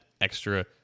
extra